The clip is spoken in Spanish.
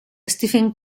stephen